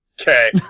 Okay